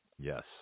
Yes